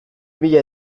mila